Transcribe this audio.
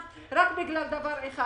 מהם, רק בגלל דבר אחד: